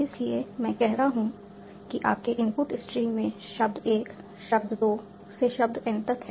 इसलिए मैं कह रहा हूं कि आपके इनपुट स्ट्रीम में शब्द 1 शब्द 2 से शब्द n तक है